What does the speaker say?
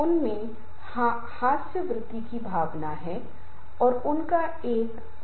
लेकिन उसके पास किसी चीज की कमी है और अगर वह इस क्षेत्र में सुधार कर सकता है तो चीजें कहीं बेहतर होंगी